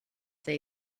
they